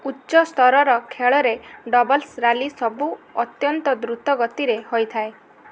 ଉଚ୍ଚ ସ୍ତରର ଖେଳରେ ଡ଼ବଲ୍ସ ରାଲି ସବୁ ଅତ୍ୟନ୍ତ ଦ୍ରୁତ ଗତିରେ ହୋଇଥାଏ